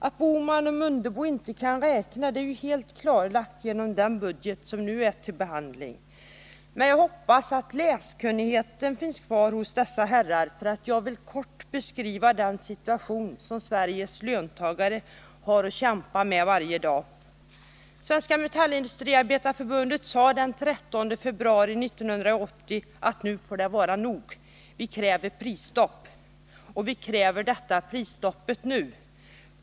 Att Gösta Bohman och Ingemar Mundebo inte kan räkna är ju helt klarlagt genom den budget som nu behandlas. Men jag hoppas att läskunnigheten finns kvar hos dessa herrar, för jag vill kort beskriva den situation som Sveriges löntagare har att kämpa med varje dag. Svenska Metallindustriarbetareförbundet sade den 13 februari i år att nu får det vara nog: Vi kräver prisstopp. Och vi kräver prisstopp nu.